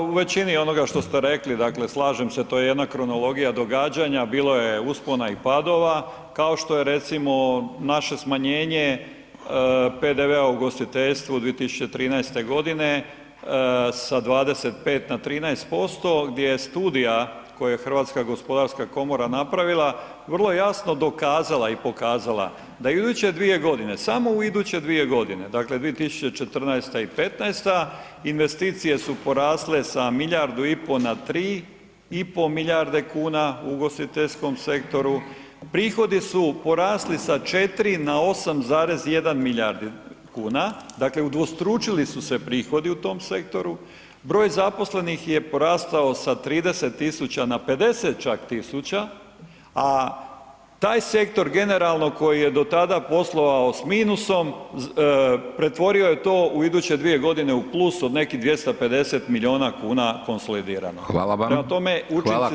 Pa u većini onoga što ste rekli, dakle slažem se, to je jedna kronologija događanja, bilo je uspona i padova, kao što je recimo naše smanjenje PDV-a u ugostiteljstvu 2013.g. sa 25 na 13% gdje je studija koju je HGK napravila vrlo jasno dokazala i pokazala da u iduće 2.g., samo u iduće 2.g., dakle 2014. i '15-ta investicije su porasle sa milijardu i po na 3 i po milijarde kuna u ugostiteljskom sektoru, prihodi su porasli sa 4 na 8,1 milijardu kuna, dakle udvostručili su se prihodi u tom sektoru, broj zaposlenih je porastao sa 30 000 na 50 čak tisuća, a taj sektor generalno koji je do tada poslovao s minusom, pretvorio je to u iduće 2.g. u plus u nekih 250 milijuna kuna konsolidiranog [[Upadica: Hvala vam]] [[Govornik se ne razumije]] Prema tome, učinci su ostvareni.